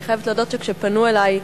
אני חייבת להודות שכשפנו אלי,